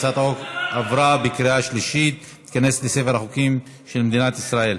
החוק עבר בקריאה שלישית וייכנס לספר החוקים של מדינת ישראל.